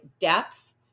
Depth